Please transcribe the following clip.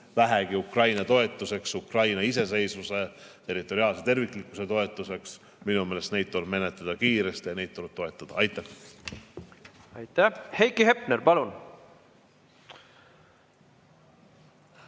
vähegi Ukraina toetuseks, Ukraina iseseisvuse, territoriaalse terviklikkuse toetuseks – minu meelest neid tuleb menetleda kiiresti ja neid tuleb toetada. Aitäh! Aitäh! Heiki Hepner, palun!